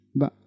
ba